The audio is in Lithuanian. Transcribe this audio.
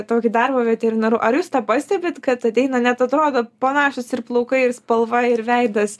tokį darbą veterinaru ar jūs tą pastebit kad ateina net atrodo panašūs ir plaukai ir spalva ir veidas